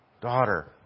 Daughter